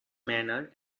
manner